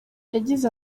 yagize